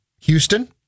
Houston